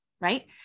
right